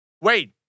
Wait